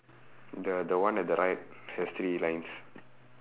the the one at the right has three lines